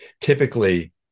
typically